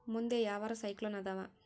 ಮುಂದೆ ಯಾವರ ಸೈಕ್ಲೋನ್ ಅದಾವ?